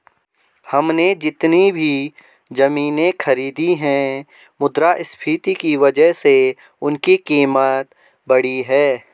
हमने जितनी भी जमीनें खरीदी हैं मुद्रास्फीति की वजह से उनकी कीमत बढ़ी है